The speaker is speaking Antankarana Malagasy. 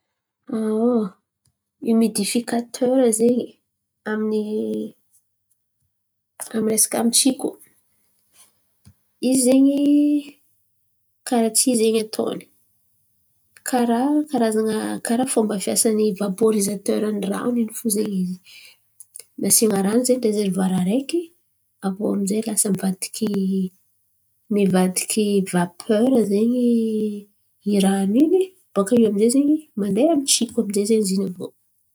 Aon, himidifikatera zen̈y amin’ny resaka amin’ny tsiko izy zen̈y karà ty zen̈y ataony. Karà karazan̈a karà fomba fiasany vapôrizateran’ny ran̈o in̈y fo zen̈y izy. Nasian̈a ran̈o zen̈y reserivoara araiky mivadiky vapera zen̈y irano in̈y baka io amizay ze mandeha amy tsiko amizay zen̈y zin̈y aviô.